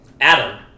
Adam